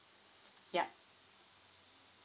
yup